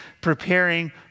preparing